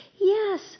Yes